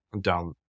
down